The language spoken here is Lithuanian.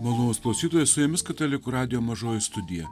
malonūs klausytojai su jumis katalikų radijo mažoji studija